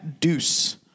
deuce